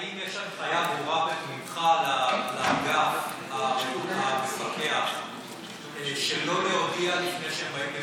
האם יש הנחיה ברורה ממך לאגף המפקח שלא להודיע לפני שהם באים לביקורות?